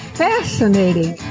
fascinating